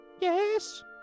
Yes